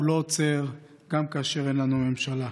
הוא לא עוצר גם כאשר אין לנו ממשלה.